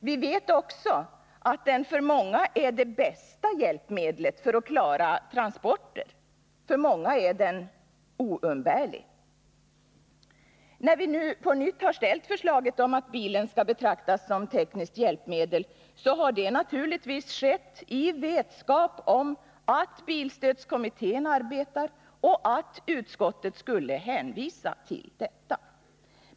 Vi vet också att den för många är det bästa hjälpmedlet för att klara transporter. För många är den oumbärlig. När vi nu på nytt har framställt förslaget om att bilen skall betraktas som tekniskt hjälpmedel, har det naturligtvis skett i vetskap om att bilstödskommittén arbetar och att utskottet skulle hänvisa till detta.